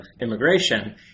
immigration